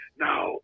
Now